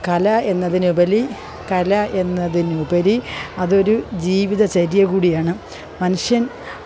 കലാ എന്നതിനുപരി കല എന്നതിനുപരി അതൊരു ജീവിതചര്യ കൂടിയാണ് മനുഷ്യന്